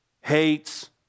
hates